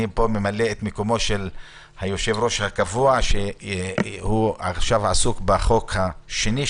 אני ממלא את מקומו של היושב-ראש הקבוע שעסוק עכשיו בחוק הראשון,